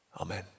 Amen